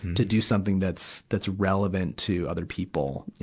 to do something that's, that's relevant to other people,